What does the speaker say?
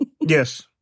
Yes